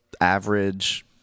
average